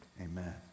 Amen